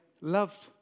loved